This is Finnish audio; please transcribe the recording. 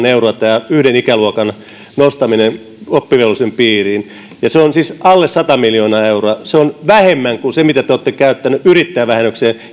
euroa tämä yhden ikäluokan nostaminen oppivelvollisuuden piiriin se on siis alle sata miljoonaa euroa se on vähemmän kuin se mitä te olette käyttäneet yrittäjävähennykseen